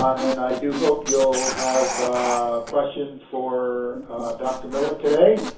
and i do hope you'll have questions for dr. miller today,